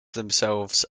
themselves